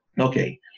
Okay